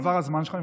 עבר הזמן שלך.